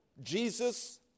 Jesus